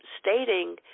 stating